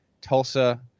Tulsa